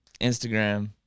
Instagram